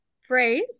phrase